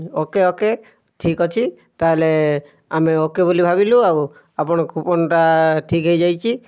ଓ K O K ଠିକ ଅଛି ତାହେଲେ ଆମେ ଓ କେ ବୋଲି ଭାବିଲୁ ଆଉ ଆପଣ କୁପନ୍ଟା ଠିକ ହେଇଯାଇଛି